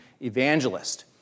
evangelist